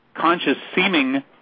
conscious-seeming